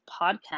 podcast